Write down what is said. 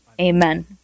Amen